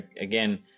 again